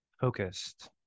focused